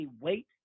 weight